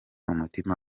umutima